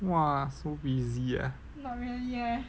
!wah! so busy ah